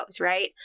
right